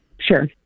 Sure